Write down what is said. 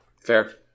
Fair